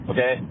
Okay